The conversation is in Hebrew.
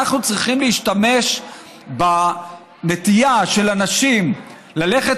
אנחנו צריכים להשתמש בנטייה של אנשים ללכת